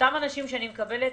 אותם אנשים שאני מקבלת